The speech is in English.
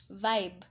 vibe